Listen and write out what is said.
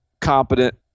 competent